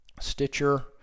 Stitcher